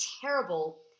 terrible